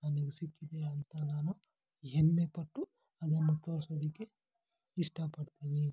ನನಗೆ ಸಿಕ್ಕಿದೆ ಅಂತ ನಾನು ಹೆಮ್ಮೆಪಟ್ಟು ಅದನ್ನು ತೋರ್ಸೋದಕ್ಕೆ ಇಷ್ಟಪಡ್ತೀನಿ